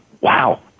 wow